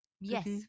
Yes